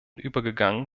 übergegangen